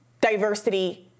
diversity